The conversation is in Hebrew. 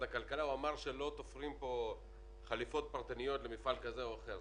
הכלכלה שאמר שלא תופרים פה חליפות פרטניות למפעל כזה או אחר.